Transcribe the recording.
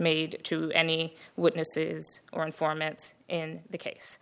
made to any witnesses or informants in the case